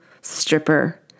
stripper